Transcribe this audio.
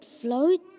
float